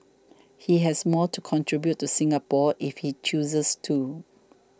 he has more to contribute to Singapore if he chooses to